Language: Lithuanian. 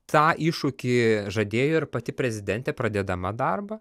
tą iššūkį žadėjo ir pati prezidentė pradėdama darbą